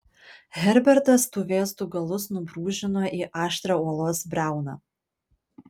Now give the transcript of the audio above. herbertas tų vėzdų galus nubrūžino į aštrią uolos briauną